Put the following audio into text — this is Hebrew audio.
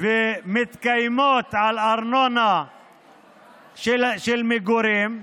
והן מתקיימות על ארנונה של מגורים,